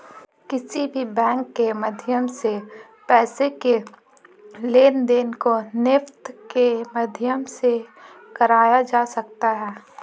किसी भी बैंक के माध्यम से पैसे के लेनदेन को नेफ्ट के माध्यम से कराया जा सकता है